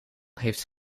heeft